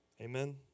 Amen